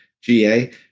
GA